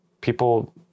people